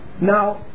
Now